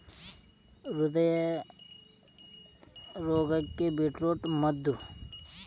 ಹೃದಯದ ರೋಗಕ್ಕ ಬೇಟ್ರೂಟ ಮದ್ದ